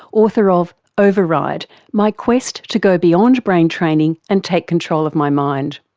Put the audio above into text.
author of override my quest to go beyond brain training and take control of my mind.